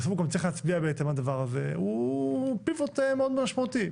ואם הוא צריך גם להצביע בהתאם לדבר הזה הוא פיבוט מאוד משמעותי.